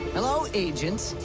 hello agent